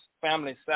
family